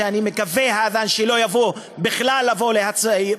ואני מקווה שהאד'אן לא יבוא בכלל להצבעה